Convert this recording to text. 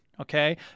okay